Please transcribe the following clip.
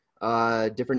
different